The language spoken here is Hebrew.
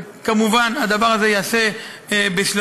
וכמובן הדבר הזה ייעשה בשלבים.